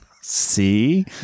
See